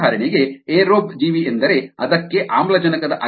ಉದಾಹರಣೆಗೆ ಏರೋಬ್ ಜೀವಿಯೆಂದರೆ ಅದಕ್ಕೆ ಆಮ್ಲಜನಕದ